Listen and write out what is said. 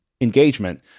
engagement